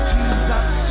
Jesus